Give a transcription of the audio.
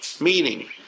meaning